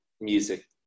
music